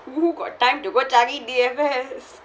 who got time to go cari D_F_S